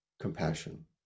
compassion